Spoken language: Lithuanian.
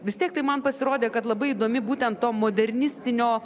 vis tiek tai man pasirodė kad labai įdomi būtent to modernistinio